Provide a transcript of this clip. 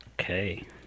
Okay